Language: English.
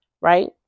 right